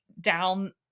down